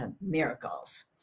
miracles